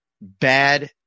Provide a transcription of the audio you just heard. bad